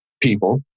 people